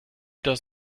das